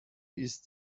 ist